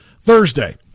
Thursday